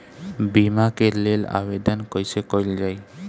बीमा के लेल आवेदन कैसे कयील जाइ?